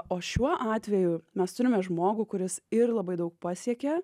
o šiuo atveju mes turime žmogų kuris ir labai daug pasiekė